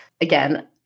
again